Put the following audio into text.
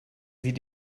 sieht